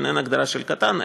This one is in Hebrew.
אין הגדרה של קטן.